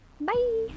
Bye